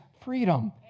freedom